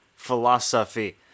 philosophy